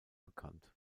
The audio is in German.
bekannt